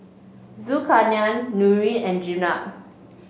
Zulkarnain Nurin and Jenab